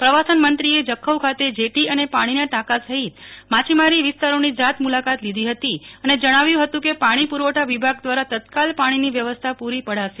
પ્રવાસન મંત્રીએ જખૌ ખાતે જેટી અને પાણીના ટાંકા સહિત માછીમારી વિસ્તારોની જાત મુલાકાત લીધો હતી અને જણાવ્ય હતું કે પાણી પરવઠા વિભાગ દવારા તત્કાલ પાણીનો વ્યવસ્થા પરી પડાશે